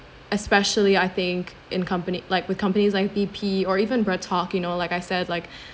especially I think in company like with companies like B_P or even Breadtalk you know like I said like